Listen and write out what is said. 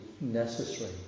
necessary